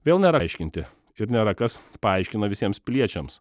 vėl nėra aiškinti ir nėra kas paaiškina visiems piliečiams